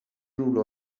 rule